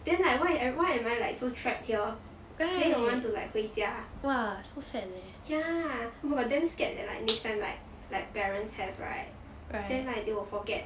then like why why am I like so trapped here then you will want to like 回家 ya oh my god damn scared that like next time right like parents have right then like they will forget